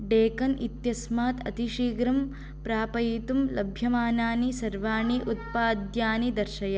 डेकन् इत्यस्मात् अतिशीघ्रं प्रापयितुं लभ्यमानानि सर्वाणि उत्पाद्यानि दर्शय